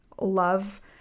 love